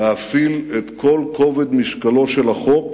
ולהפעיל את כל כובד משקלם של החוק